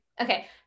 Okay